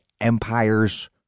empire's